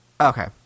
Okay